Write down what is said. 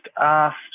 asked